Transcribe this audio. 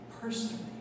personally